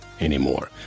anymore